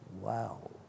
Wow